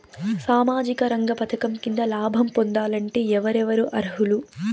సామాజిక రంగ పథకం కింద లాభం పొందాలంటే ఎవరెవరు అర్హులు?